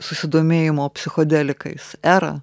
susidomėjimo psichodelikais erą